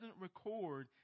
record